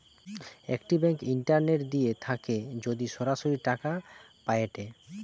একটি bank internet দিয়ে থাকে যদি সরাসরি টাকা পায়েটে